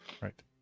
Right